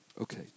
Okay